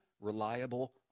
reliable